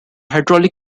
hydraulic